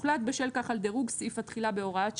הוחלט בשל כך על דירוג סעיף התחילה בהוראת שעה,